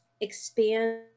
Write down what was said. expand